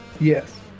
Yes